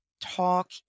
talk